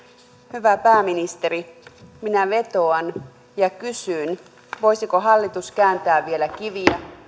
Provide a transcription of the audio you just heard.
hyvä pääministeri minä vetoan ja kysyn voisiko hallitus kääntää vielä kiviä